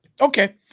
Okay